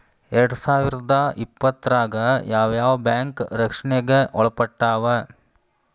ಎರ್ಡ್ಸಾವಿರ್ದಾ ಇಪ್ಪತ್ತ್ರಾಗ್ ಯಾವ್ ಯಾವ್ ಬ್ಯಾಂಕ್ ರಕ್ಷ್ಣೆಗ್ ಒಳ್ಪಟ್ಟಾವ?